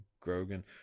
Grogan